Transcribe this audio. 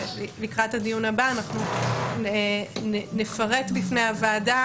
שלקראת הדיון הבא אנחנו נפרט בפני הוועדה